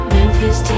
Memphis